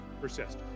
persist